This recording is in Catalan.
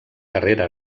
carrera